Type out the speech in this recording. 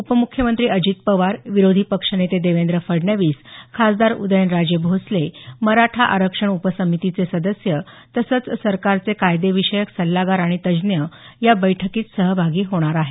उपम्ख्यमंत्री अजित पवार विरोधी पक्षनेते देवेंद्र फडणवीस खासदार उदयनराजे भोसले मराठा आरक्षण उपसमितीचे सदस्य तसंच सरकारचे कायदेविषयक सल्लागार आणि तज्ञ याबैठकीत सहभागी होणार आहेत